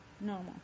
normal